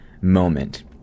moment